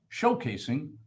Showcasing